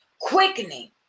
quickening